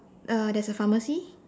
uh there's a pharmacy